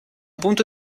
punto